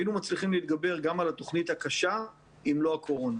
היינו מצליחים להתגבר גם על התוכנית הקשה אם לא הקורונה.